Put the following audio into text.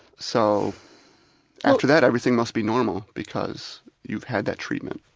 so after that everything must be normal because you've had that treatment.